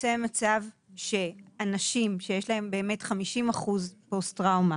יוצא מצב שאנשים שיש להם 50% פוסט-טראומה